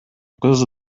кыз